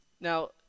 Now